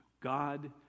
God